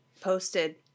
posted